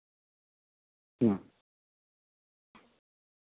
ᱦᱩᱸ